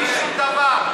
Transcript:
בלי שום דבר,